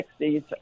60s